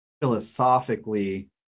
philosophically